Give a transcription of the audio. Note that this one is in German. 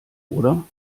oder